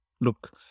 look